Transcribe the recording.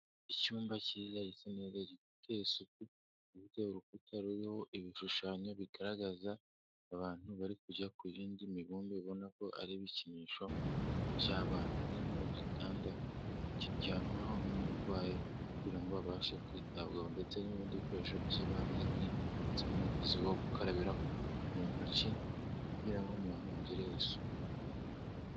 Icyumba kiza gisa neza, gifite isuku ku buryo urukuta ruriho ibishushanyo bigaragaza abantu bari kujya ku yindi mibumbe ubona ko ari ibikinisho by'abana. Harimo igitanda kiryamwaho n'umurwayi kugira ngo abashe kwitabwaho ndetse n'ibindi bikoresho by'ibanze nk'intebe ndetse n'umugezi wo gukarabiraho mu ntoki kugira ngo umuntu agire isuku.